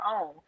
own